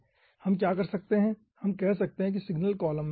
अब हम क्या कर सकते हैं हम कह सकते हैं कि सिग्नल कॉलम में है